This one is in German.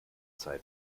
sei